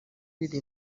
riri